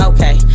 Okay